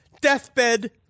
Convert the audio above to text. deathbed